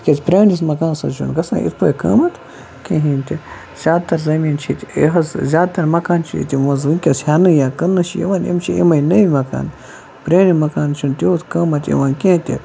تِکیٛازِ پرٛٲنِس مکانَس حظ چھُنہٕ گژھان یِتھ پٲٹھۍ قۭمَتھ کِہیٖنۍ تہِ زیادٕتر زٔمیٖن چھِ ییٚتہِ یہِ حظ زیادٕ تر مکان چھِ ییٚتہِ کیٛازِ ہٮ۪نہٕ یا کٕننہٕ چھِ یِوان یِم چھِ یِمَے نٔوۍ مکان پرٛانٮ۪ن مکانَن چھُنہٕ تیوٗت قۭمَتھ یِوان کینٛہہ تہِ